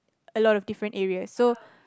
a lot of different areas so